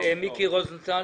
מיקי רוזנטל.